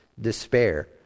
despair